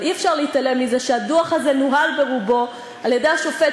אבל אי-אפשר להתעלם מזה שהדוח הזה נוהל ברובו על-ידי השופט